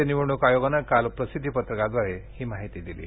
राज्य निवडण्क आयोगानं काल प्रसिद्धी पत्रकाद्वारे ही माहिती दिली आहे